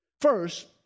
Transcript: First